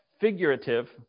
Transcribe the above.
figurative